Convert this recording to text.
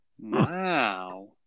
Wow